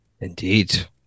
Indeed